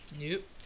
Nope